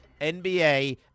NBA